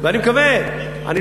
אני מקווה,